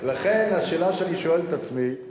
לכן השאלה שאני שואל את עצמי: